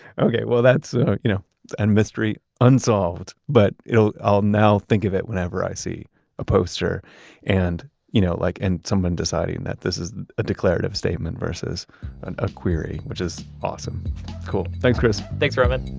okay. well, that's a you know and mystery unsolved. but you know i'll now think of it whenever i see a poster and you know like and someone deciding that this is a declarative statement versus and a query, which is awesome cool thanks, chris thanks, roman